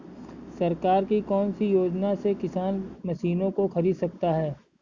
सरकार की कौन सी योजना से किसान मशीनों को खरीद सकता है?